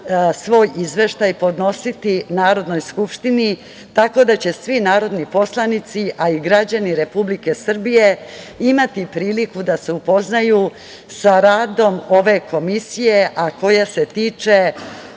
svoj izveštaj podnositi Narodnoj skupštini, tako da će svi narodni poslanici, a i građani Republike Srbije imati priliku da se upoznaju sa radom ove Komisije, a koja se tiče